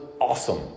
awesome